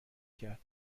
کرد